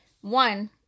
One